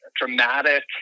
dramatic